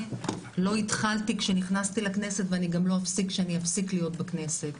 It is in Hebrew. לא התחלתי כשנכנסתי לכנסת ואני גם לא אפסיק כשאני אפסיק להיות בכנסת.